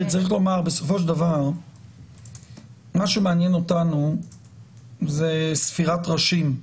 צריך לומר שבסופו של דבר מה שמעניין אותנו זה ספירת ראשים.